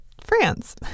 France